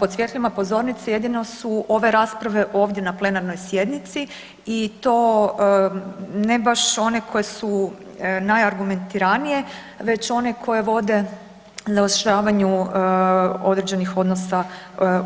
Pod svjetlima pozornice, jedino su ove rasprave ovdje na plenarnoj sjednici i to ne baš one koje su najargumentiranije već one koje vode zaoštravanju određenih odnosa